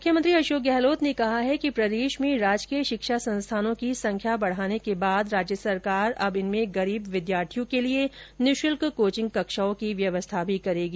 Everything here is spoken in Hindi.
मुख्यमंत्री अशोक गहलोत ने कहा है कि प्रदेश में सरकारी शिक्षा संस्थानों की संख्या बढाने के बाद राज्य सरकार अब इनमें गरीब विद्यार्थियों के लिए निःशुल्क कोचिंग कक्षाओं की व्यवस्था भी करेगी